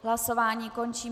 Hlasování končím.